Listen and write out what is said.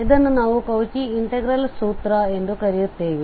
ಇದನ್ನು ನಾವು Cauchy integral ಸೂತ್ರ ಎಂದು ಕರೆಯುತ್ತೇವೆ